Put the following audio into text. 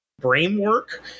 Brainwork